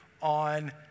on